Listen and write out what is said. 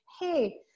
hey